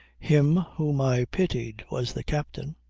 him whom i pitied was the captain.